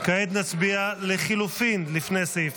כעת נצביע על לחלופין לפני סעיף